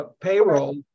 payroll